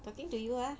talking to you ah